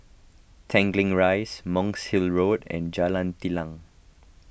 Tanglin Rise Monk's Hill Road and Jalan Telang